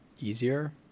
easier